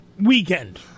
weekend